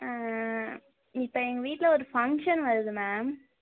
ஆ இப்போ எங்கள் வீட்டில் ஒரு ஃபங்க்ஷன் வருது மேம்